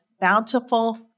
Bountiful